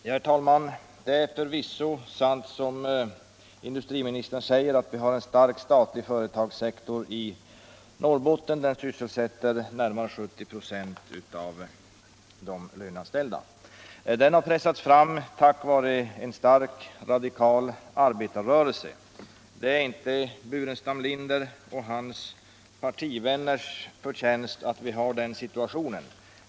Herr talman! Det är förvisso sant som industriministern säger att vi har en stark statlig företagssektor i Norrbotten. Den sysselsätter närmare 70 96 av de lönanställda. Den har pressats fram tack vare en stark radikal arbetarrörelse. Det är inte herr Burenstam Linder och hans partivänners förtjänst att vi har den situationen.